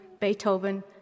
Beethoven